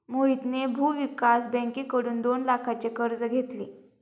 मोहितने भूविकास बँकेकडून दोन लाखांचे कर्ज घेतले